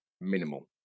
minimal